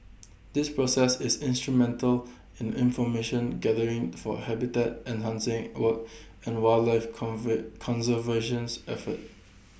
this process is instrumental in information gathering for habitat enhancing work and wildlife conservations efforts